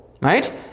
Right